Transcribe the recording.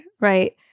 right